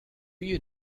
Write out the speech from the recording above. you